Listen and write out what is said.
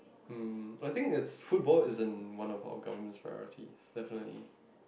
um I think it's football isn't one of our government's priorities definitely